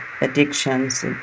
addictions